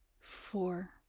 four